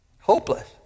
Hopeless